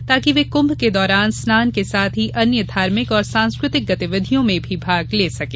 ताकि वे कुम्भ के दौरान स्नान के साथ ही अन्य धार्मिक और सांस्कृतिक गतिविधियों में भी भाग ले सकें